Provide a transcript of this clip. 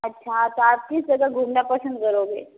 अच्छा तो आप किस जगह घूमना पसंद करोगे